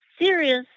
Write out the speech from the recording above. serious